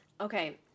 Okay